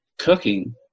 cooking